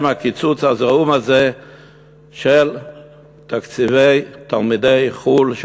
הקיצוץ הזעום הזה של תקציבי תלמידי חו"ל,